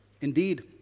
Indeed